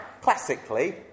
classically